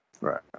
Right